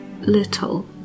little